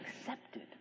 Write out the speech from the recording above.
accepted